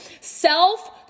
Self-